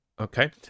Okay